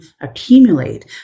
accumulate